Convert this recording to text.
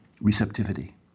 receptivity